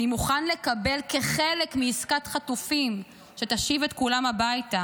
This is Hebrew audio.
מוכן לקבל כחלק מעסקת חטופים שתשיב את כולם הביתה,